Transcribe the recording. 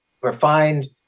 refined